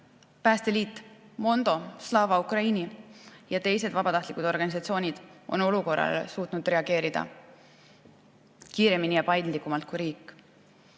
Päästeliit, Mondo, Slava Ukraini ja teised vabatahtlikud organisatsioonid on olukorrale suutnud reageerida kiiremini ja paindlikumalt kui riik.